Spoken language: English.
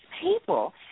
people